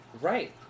Right